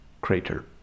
crater